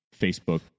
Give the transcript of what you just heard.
Facebook